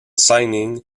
signing